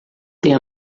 tem